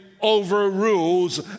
overrules